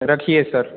रखिए सर